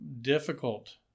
difficult